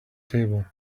table